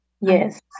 Yes